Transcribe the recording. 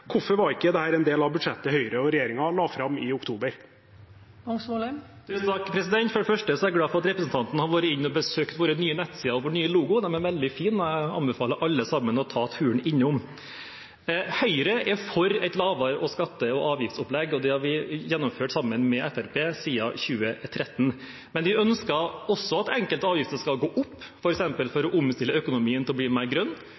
Hvorfor var ikke dette en del av budsjettet Høyre og regjeringen la fram i oktober? For det første er jeg glad for at representanten har vært inne og besøkt våre nye nettsider og vår nye logo. De er veldig fine, og jeg anbefaler alle sammen å ta turen innom. Høyre er for et lavere skatte- og avgiftsopplegg, og det har vi gjennomført sammen med Fremskrittspartiet siden 2013. Vi ønsker også at enkelte avgifter skal gå opp, f.eks. for å omstille økonomien til å bli mer grønn,